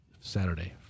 Saturday